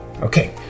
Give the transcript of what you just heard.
Okay